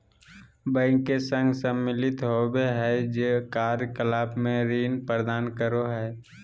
bank के संघ सम्मिलित होबो हइ जे कार्य कलाप में ऋण प्रदान करो हइ